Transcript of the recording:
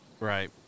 Right